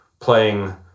playing